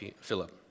Philip